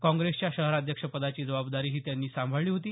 काँग्रेसच्या शहराध्यक्ष पदाची जबाबदारीही त्यांनी सांभाळली होती